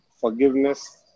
forgiveness